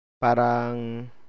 Parang